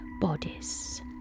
bodies